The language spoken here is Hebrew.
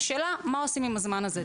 השאלה מה עושים עם הזמן הזה.